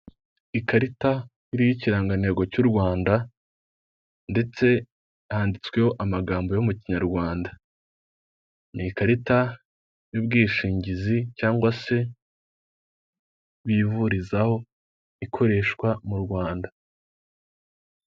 Amatara yaka cyane ndetse n'ikiraro kinyuraho imodoka, hasi no hejuru kiri mu mujyi wa Kigali muri nyanza ya kicukiro ndetse yanditseho, icyapa k'icyatsi kiriho amagambo Kigali eyapoti